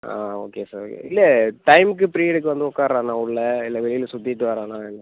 ஆ okay sir இல்லை டைம்க்கு ப்ரியடுக்கு வந்து உக்கார்றானா உள்ளே இல்லை வெளியில் சுற்றிட்டு வரானா என்ன